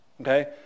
okay